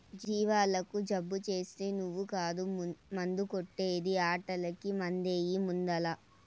జీవాలకు జబ్బు చేస్తే నువ్వు కాదు మందు కొట్టే ది ఆటకి మందెయ్యి ముందల్ల